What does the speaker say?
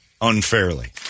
unfairly